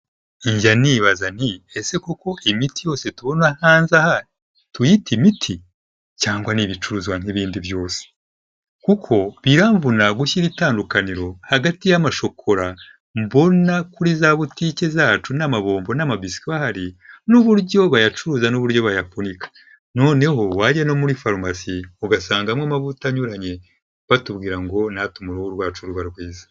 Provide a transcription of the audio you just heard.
Njya nibaza nti ese koko imiti yose tubona hanze aha tuyite imiti cyangwa ni ibicuruzwa nk'ibindi byose, kuko biramvuna gushyira itandukaniro hagati y'amashokora mbona kuri za butike zacu n'amabombo n'amabiswi ahari n'uburyo bayacuruza n'uburyo bayafunika, noneho wajya no muri farumasi ugasangamo amavuta anyuranye batubwira ngo ni atuma uruhu rwacu ruba rwiza.